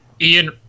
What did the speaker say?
Ian